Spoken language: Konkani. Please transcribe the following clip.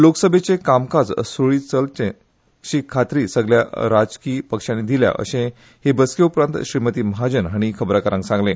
लोकसभेचे कामकाज सुरळित चलतले अशी खात्री सगल्या राजकीय पक्षानी दिल्या अशे ह्या बसके उपरांत श्रीमती महाजन हाणी खबराकारांक सांगले